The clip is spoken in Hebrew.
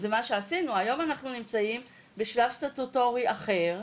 זה מה שעשינו והיום אנחנו נמצאים בשלב סטטוטורי אחר,